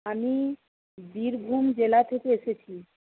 আমি বীরভূম জেলা থেকে এসেছি